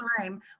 time